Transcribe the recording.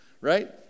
right